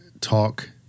talk